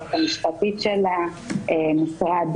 היועצת המשפטית של המשרד,